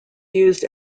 used